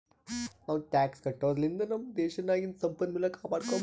ನಾವೂ ಟ್ಯಾಕ್ಸ್ ಕಟ್ಟದುರ್ಲಿಂದ್ ನಮ್ ದೇಶ್ ನಾಗಿಂದು ಸಂಪನ್ಮೂಲ ಕಾಪಡ್ಕೊಬೋದ್